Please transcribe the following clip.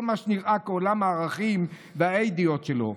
מה שנראה כעולם הערכים והאידיאות שלו.